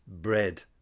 Bread